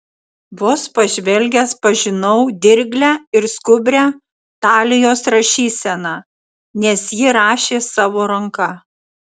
vos pažvelgęs pažinau dirglią ir skubrią talijos rašyseną nes ji rašė savo ranka